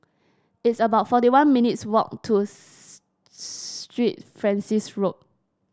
it's about forty one minutes' walk to Street Francis Road